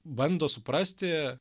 bando suprasti